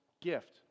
gift